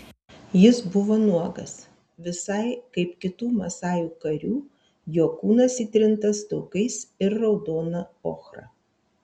jis buvo nuogas visai kaip kitų masajų karių jo kūnas įtrintas taukais ir raudona ochra